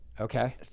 okay